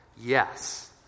yes